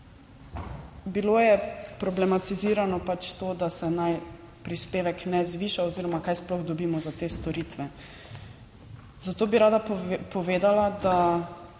Bilo je problematizirano pač to, da se naj prispevek ne zviša oziroma kaj sploh dobimo za te storitve. Zato bi rada povedala, da